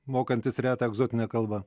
mokantis retą egzotinę kalbą